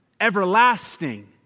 everlasting